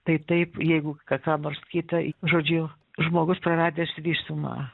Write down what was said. tai taip jeigu ką ką nors kita žodžiu žmogus praradęs visumą